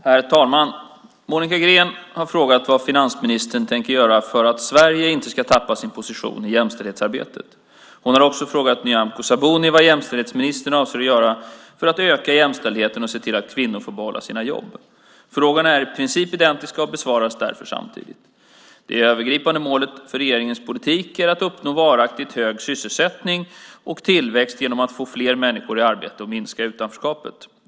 Herr talman! Monica Green har frågat vad finansministern tänker göra för att Sverige inte ska tappa sin position i jämställdhetsarbetet. Hon har också frågat Nyamko Sabuni vad jämställdhetsministern avser att göra för att öka jämställdheten och se till att kvinnorna får behålla sina jobb. Frågorna är i princip identiska och besvaras därför samtidigt. Det övergripande målet för regeringens politik är att uppnå varaktigt hög sysselsättning och tillväxt genom att få fler människor i arbete och minska utanförskapet.